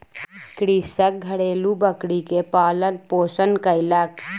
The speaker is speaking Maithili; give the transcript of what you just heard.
कृषक घरेलु बकरी के पालन पोषण कयलक